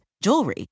jewelry